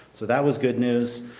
so that was good news.